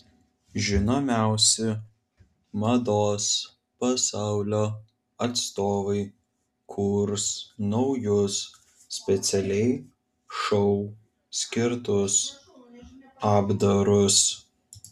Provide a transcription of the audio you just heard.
žinomiausi mados pasaulio atstovai kurs naujus specialiai šou skirtus apdarus